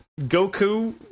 Goku